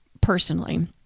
personally